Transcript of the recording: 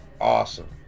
Awesome